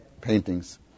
paintings